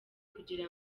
kugira